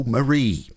Marie